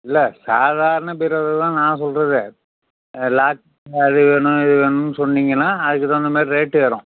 இல்லை சாதாரண பீரோவெல்லாம் நான் சொல்கிறது அது லாக் அது வேணும் இது வேணும்ன்னு சென்னீங்கன்னால் அதுக்கு தகுந்த மாதிரி ரேட்டு ஏறும்